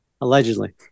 allegedly